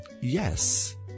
Yes